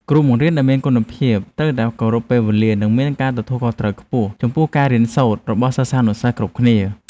គ្រូបង្រៀនដែលមានគុណភាពត្រូវតែគោរពពេលវេលានិងមានការទទួលខុសត្រូវខ្ពស់ចំពោះការរៀនសូត្ររបស់សិស្សានុសិស្សគ្រប់គ្នា។